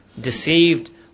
deceived